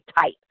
type